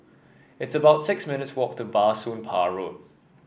it's about six minutes' walk to Bah Soon Pah Road